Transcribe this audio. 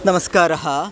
नमस्कारः